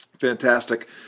Fantastic